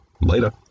later